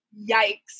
yikes